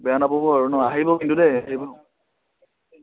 বেয়া নাপাব আৰু ন আহিব কিন্তু দেই আহিব